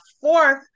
fourth